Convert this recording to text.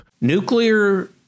Nuclear